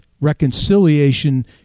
reconciliation